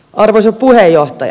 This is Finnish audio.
arvoisa puheenjohtaja